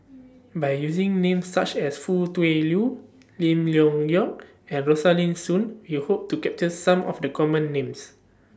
By using Names such as Foo Tui Liew Lim Leong Geok and Rosaline Soon We Hope to capture Some of The Common Names